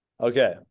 Okay